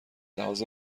لحاظ